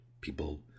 people